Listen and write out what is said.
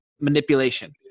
manipulation